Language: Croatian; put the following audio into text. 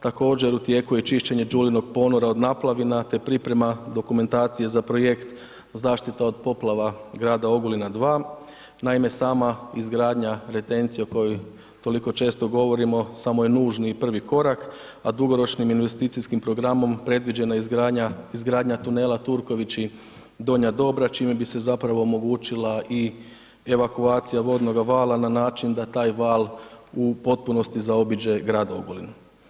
Također u tijeku je čišćenje Đulinog ponora od naplavina te priprema dokumentacije za projekt zaštita od poplava grada Ogulina 2. Naime, sama izgradnja retencije o kojoj toliko često govorimo samo je nužni i prvi korak, a dugoročnim investicijskim programom predviđena je izgradnja tunela Turković – Donja Dobra čime bi se zapravo omogućila i evakuacija vodnoga vala, na način da taj val u potpunosti zaobiđe grad Ogulin.